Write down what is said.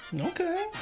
okay